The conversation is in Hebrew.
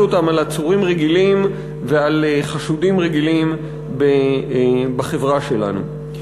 אותן על עצורים רגילים ועל חשודים רגילים בחברה שלנו.